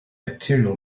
bacterial